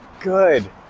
good